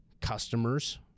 customers